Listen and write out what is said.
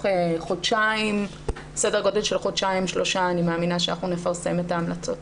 ותוך חודשיים-שלושה אני מאמינה שאנחנו נפרסם את ההמלצות.